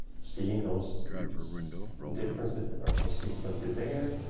seeing those differences that are consistently there,